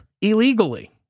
illegally